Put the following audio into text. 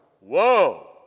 whoa